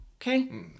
Okay